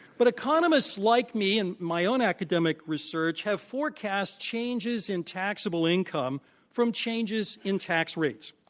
but economists, like me, and my own academic research, have forecast changes in taxable income from changes in tax rates.